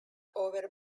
over